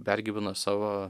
pergyveno savo